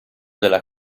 della